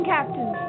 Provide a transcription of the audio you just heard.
Captain